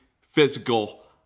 physical